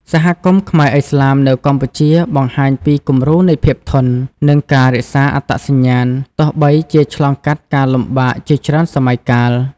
សហគមន៍ខ្មែរឥស្លាមនៅកម្ពុជា បង្ហាញពីគំរូនៃភាពធន់ និងការរក្សាអត្តសញ្ញាណ ទោះបីជាឆ្លងកាត់ការលំបាកជាច្រើនសម័យកាល។